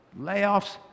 Layoffs